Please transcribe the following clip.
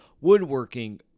woodworking